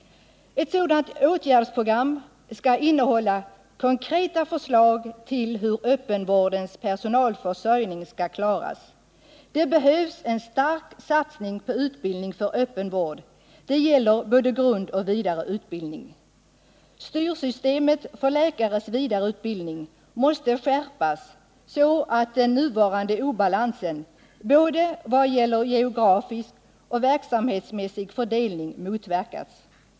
Ett sådant åtgärdsprogram skall innehålla konkreta förslag till hur öppenvårdens personalförsörjning skall klaras. Det behövs en stark satsning på utbildning för öppen vård. Det gäller både grundoch vidareutbildning. Styrsystemet för läkares vidareutbildning måste skärpas så att den nuvarande obalansen — både vad gäller geografisk och verksamhetsmässig fördelning — motverkas.